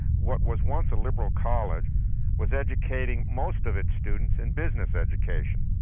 what was once a liberal college was educating most of its students in business education,